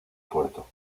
puerto